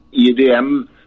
EDM